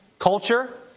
culture